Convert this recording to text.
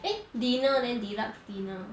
eh dinner then deluxe dinner